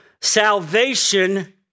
Salvation